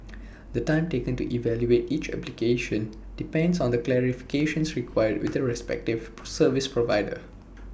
the time taken to evaluate each application depends on the clarifications required with the respective service provider